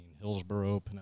hillsborough